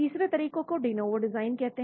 तीसरे तरीके को डे नोवो डिजाइन कहते हैं